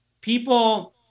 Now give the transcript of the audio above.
people